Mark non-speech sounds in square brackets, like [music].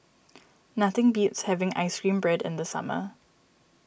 [noise] nothing beats having Ice Cream Bread in the summer